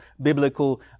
biblical